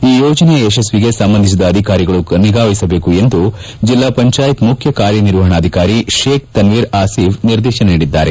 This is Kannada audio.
ಈ ಯೋಜನೆಯ ಯಶಸ್ವಿಗೆ ಸಂಬಂಧಿಸಿದ ಅಧಿಕಾರಿಗಳು ನಿಗಾವಹಿಸಬೇಕು ಎಂದು ಜೆಲ್ಲಾ ಪಂಚಾಯತ್ ಮುಖ್ಯ ಕಾರ್ಯನಿರ್ವಹಣಾಧಿಕಾರಿ ಶೇಖ್ ತನ್ವೀರ್ ಆಸಿಫ್ ನಿರ್ದೇತನ ನೀಡಿದ್ದಾರೆ